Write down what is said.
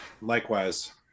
likewise